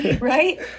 Right